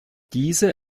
diese